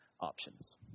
options